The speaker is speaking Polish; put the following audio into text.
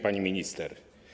Pani Minister!